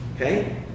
Okay